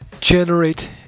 generate